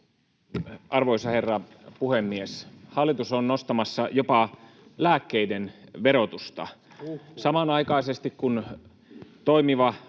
Arvoisa herra puhemies! Hallitus on nostamassa jopa lääkkeiden verotusta. Samanaikaisesti kuin toimiva